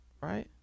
right